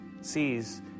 sees